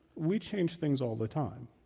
we change things all the time.